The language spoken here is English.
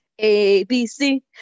ABC